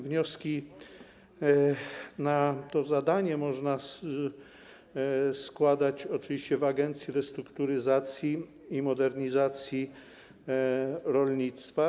Wnioski dotyczące tego zadania można składać oczywiście w Agencji Restrukturyzacji i Modernizacji Rolnictwa.